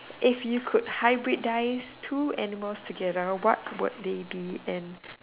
if you could hybridise two animals together what would they be and